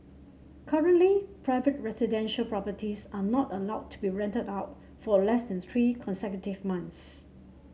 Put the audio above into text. currently private residential properties are not allowed to be rented out for less than three consecutive months